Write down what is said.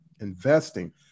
investing